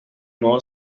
nuevo